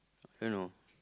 I don't know